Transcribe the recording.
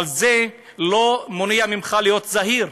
אבל זה לא מונע ממך להיות זהיר,